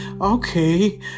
Okay